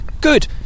Good